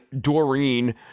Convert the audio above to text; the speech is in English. Doreen